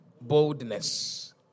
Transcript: Boldness